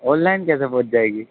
on line کیسے پہنچ جائے گی